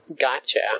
gotcha